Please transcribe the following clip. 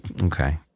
Okay